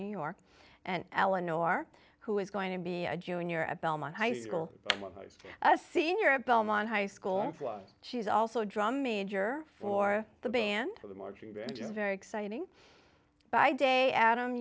new york and eleanor who is going to be a junior at belmont high school a senior at belmont high school she's also a drum major for the band the more g the very exciting by day adam